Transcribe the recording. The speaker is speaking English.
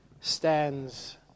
stands